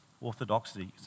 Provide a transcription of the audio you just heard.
orthodoxy